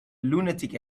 lunatic